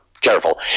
careful